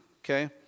Okay